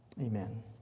Amen